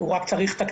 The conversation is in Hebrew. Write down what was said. והיא תשושת נפש,